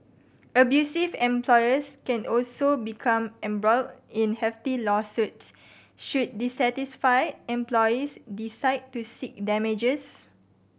abusive employers can also become embroiled in hefty lawsuits should dissatisfied employees decide to seek damages